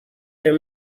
their